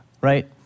right